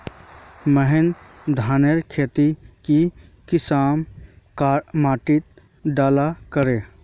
महीन धानेर केते की किसम माटी डार कर?